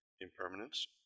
impermanence